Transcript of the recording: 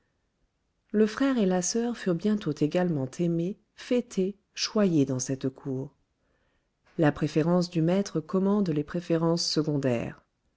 le frère et la soeur furent bientôt également aimés fêtés choyés dans cette cour la préférence du maître commande les préférences secondaires